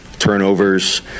Turnovers